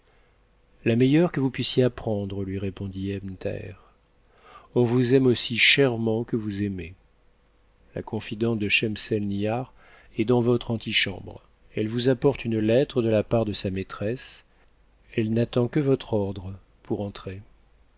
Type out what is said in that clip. la meilleure que vous puissiez apprendre lui répondit ebn thaher on vous aime aussi chèrement que vous aimez la confidente de schemselnihar est dans votre antichambre elle vous apporte une lettre de la part de sa mattresse elle n'attend que votre ordre pour entrer